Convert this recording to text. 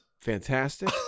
fantastic